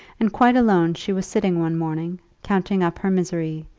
and quite alone she was sitting one morning, counting up her misery,